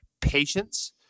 patience